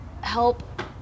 help